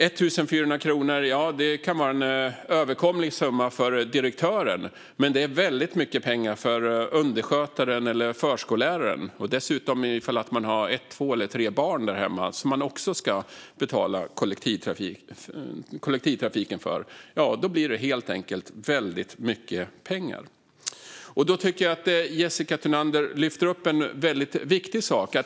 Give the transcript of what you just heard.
1 400 kronor kan vara en överkomlig summa för direktören, men det är väldigt mycket pengar för underskötaren eller förskolläraren, särskilt om man också har ett, två eller tre barn där hemma som man också ska betala kollektivtrafiken för. Då blir det helt enkelt väldigt mycket pengar. Jag tycker att Jessica Thunander tar upp en väldigt viktig sak.